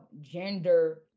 gender